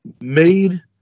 made